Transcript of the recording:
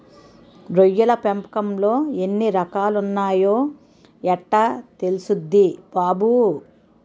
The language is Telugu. రొయ్యల పెంపకంలో ఎన్ని రకాలున్నాయో యెట్టా తెల్సుద్ది బాబూ?